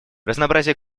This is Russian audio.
разнообразие